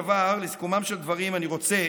לסיכומם של דברים אני רוצה